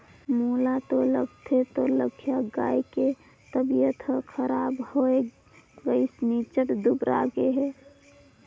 मोला तो लगथे तोर लखिया गाय के तबियत हर खराब होये गइसे निच्च्ट दुबरागे हे